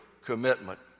commitment